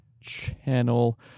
channel